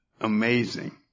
amazing